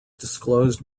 disclosed